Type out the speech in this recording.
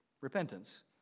repentance